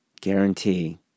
guarantee